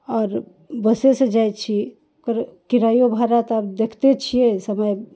आओर बसेसँ जाइ छी ओकर किरायो भाड़ा तऽ आब देखिते छिए समय